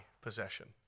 possession